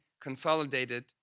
consolidated